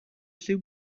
lliw